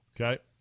Okay